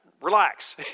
relax